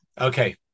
Okay